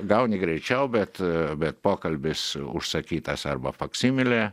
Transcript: gauni greičiau bet bet pokalbis užsakytas arba faksimilė